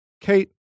Kate